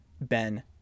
Ben